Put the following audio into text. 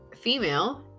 female